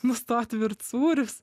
nustot virt sūrius